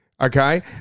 Okay